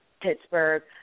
Pittsburgh